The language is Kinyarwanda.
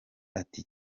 ati